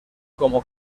como